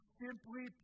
simply